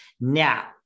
Now